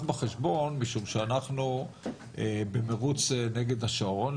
בחשבון משום שאנחנו במירוץ נגד השעון.